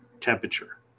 temperature